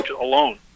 alone